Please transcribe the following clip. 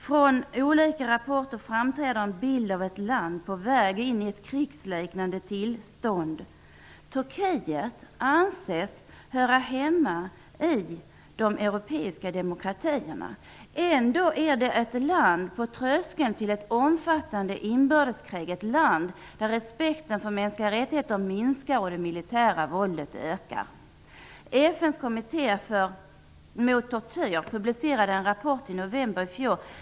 Från olika rapporter framträder en bild av ett land på väg in i ett krigsliknande tillstånd. Turkiet anses höra hemma bland de europeiska demokratierna. Ändå är det ett land som står på tröskeln till ett omfattande inbördeskrig, ett land där respekten för mänskliga rättigheter minskar och det militära våldet ökar. FN:s kommitté mot tortyr publicerade en rapport i november i fjol.